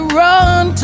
run